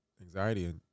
anxiety